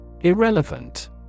Irrelevant